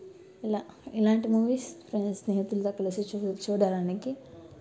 ఇలా ఇలాంటి movies friends స్నేహితులతో కలిసి చూ చూడటానికి